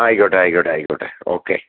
ആയിക്കോട്ടെ ആയിക്കോട്ടെ ആയിക്കോട്ടെ ഓക്കെ